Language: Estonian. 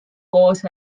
koos